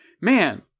man